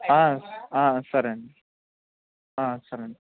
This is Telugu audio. సరేండి సరేండి